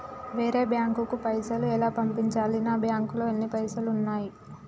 వేరే బ్యాంకుకు పైసలు ఎలా పంపించాలి? నా బ్యాంకులో ఎన్ని పైసలు ఉన్నాయి?